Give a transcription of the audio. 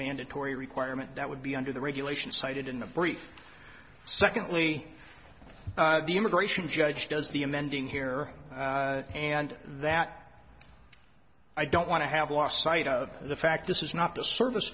mandatory requirement that would be under the regulations cited in the brief secondly the immigration judge does the amending here and that i don't want to have lost sight of the fact this is not the service